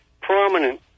Prominent